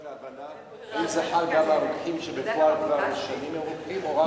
רק להבנה: האם זה חל גם על רוקחים שבפועל הם כבר שנים רוקחים או רק על,